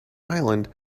island